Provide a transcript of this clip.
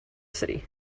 city